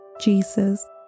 Jesus